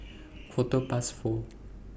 Quarter Past four